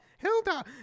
Hilda